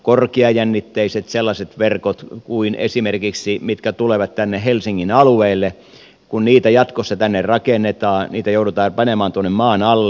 korkeajännitteiset sellaiset verkot kuin esimerkiksi ne mitkä tulevat tänne helsingin alueelle kun niitä jatkossa tänne rakennetaan niitä joudutaan panemaan tuonne maan alle